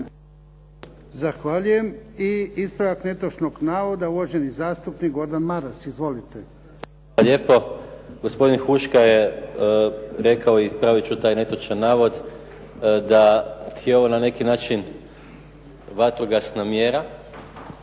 Zahvaljujem. I ispravak netočnog navoda, uvaženi zastupnik Gordan Maras. Izvolite. **Maras, Gordan (SDP)** Hvala lijepo. Gospodin Huška je rekao, i ispravit ću taj netočan navod, da je ovo na neki način vatrogasna mjera